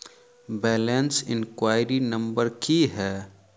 Balance enquiry number की है?